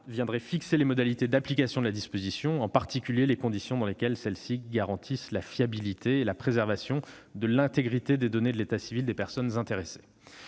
viendrait fixer les modalités d'application de cette disposition, en particulier les conditions dans lesquelles celles-ci garantissent la fiabilité et la préservation de l'intégrité des données de l'état civil des personnes intéressées.